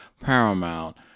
Paramount